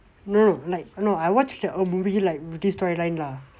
no like no I watched a movie like this storyline line lah